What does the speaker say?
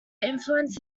influence